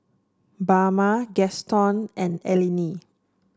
Bama Gaston and Eleni